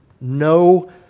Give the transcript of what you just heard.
no